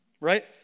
Right